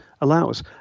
allows